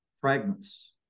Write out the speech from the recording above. fragments